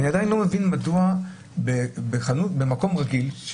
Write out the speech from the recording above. אני עדיין לא מבין מדוע במקום רגיל,